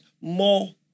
more